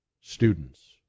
students